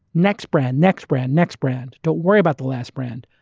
next brand, next brand, next brand. don't worry about the last brand.